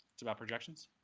it's about projections.